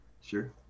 Sure